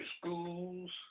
schools